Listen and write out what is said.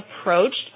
approached